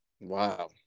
Wow